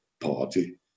party